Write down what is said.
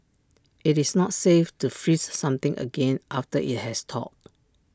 IT is not safe to freeze something again after IT has thawed